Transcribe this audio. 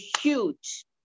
huge